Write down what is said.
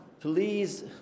please